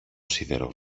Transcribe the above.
σίδερο